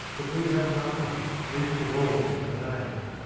but we have nothing, least of all a name,